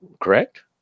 correct